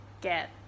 get